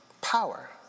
power